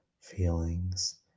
feelings